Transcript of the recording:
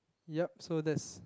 yup so that's